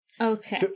Okay